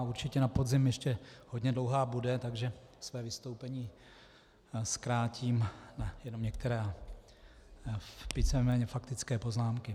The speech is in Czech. Určitě na podzim ještě hodně dlouhá bude, takže své vystoupení zkrátím na jenom některé víceméně faktické poznámky.